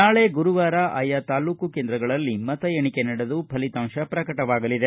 ನಾಳೆ ಗುರುವಾರ ಆಯಾ ತಾಲ್ಲೂಕು ಕೇಂದ್ರಗಳಲ್ಲಿ ಮತ ಎಣಿಕೆ ನಡೆದು ಫಲಿತಾಂಶ ಪ್ರಕಟವಾಗಲಿದೆ